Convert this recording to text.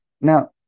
Now